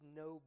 no